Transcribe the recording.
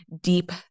deep